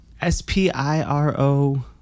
S-P-I-R-O